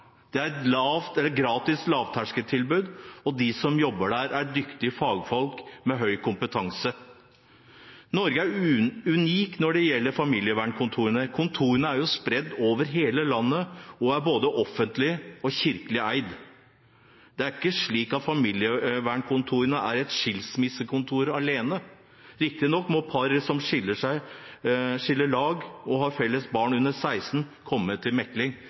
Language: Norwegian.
Det er et gratis lavterskeltilbud, og de som jobber der, er dyktige fagfolk med høy kompetanse. Norge er unikt når det gjelder familievernkontorene. Kontorene er spredt over hele landet, og er både offentlig og kirkelig eid. Det er ikke slik at familievernkontorene er skilsmissekontor alene. Riktignok må par som skiller lag og har felles barn under 16 år, komme til mekling,